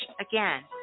again